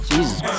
Jesus